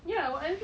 ya